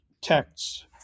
texts